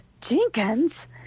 Jenkins